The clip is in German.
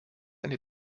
eine